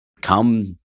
Come